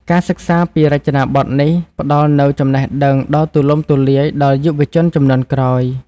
ការសិក្សាពីរចនាបថនេះផ្តល់នូវចំណេះដឹងដ៏ទូលំទូលាយដល់យុវជនជំនាន់ក្រោយ។